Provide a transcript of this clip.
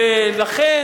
ולכן,